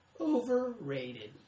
Overrated